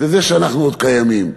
שאנחנו עוד קיימים.